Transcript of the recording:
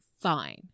fine